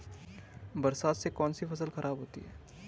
बरसात से कौन सी फसल खराब होती है?